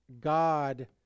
God